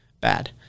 bad